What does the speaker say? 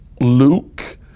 Luke